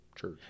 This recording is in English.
church